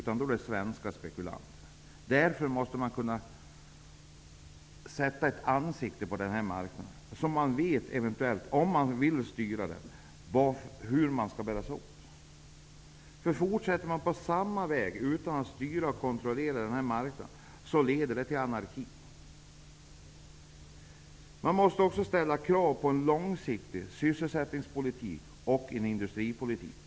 Man måste sätta ett ansikte på marknaden för att veta hur man skall bära sig åt om man skulle vilja styra den. Om man fortsätter att låta bli att styra och kontrollera marknaden kommer det att bli anarki. Vi måste också ställa krav på en långsiktig sysselsättningspolitik och på en industripolitik.